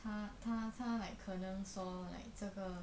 他他他 like 很可能说 like 这个